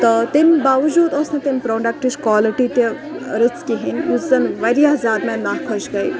تہٕ تمہِ باوجوٗد اوس نہٕ تمۍ پرٛوڈَکٹٕچ کالٹی تہِ رٕژ کِہیٖنۍ یُس زَن واریاہ زیادٕ مےٚ ناخش گٔے